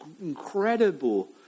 incredible